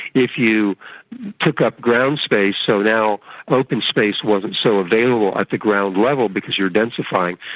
if you took up ground space, so now open space wasn't so available at the ground level because you are densifying,